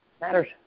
matters